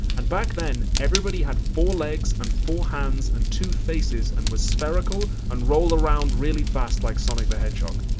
and back then everybody had four legs and four hands and two faces and were spherical and roll around really fast like sonic the hedgehog.